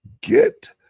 Get